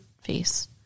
face